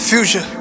Fusion